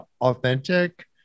authentic